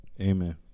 Amen